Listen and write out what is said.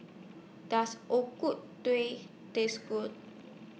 Does O Ku Tueh Taste Good